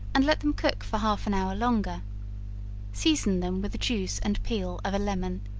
and let them cook for half an hour longer season them with the juice and peel of a lemon,